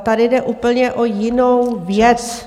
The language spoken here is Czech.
Tady jde úplně o jinou věc.